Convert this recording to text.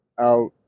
out